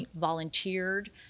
volunteered